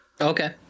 Okay